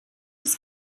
des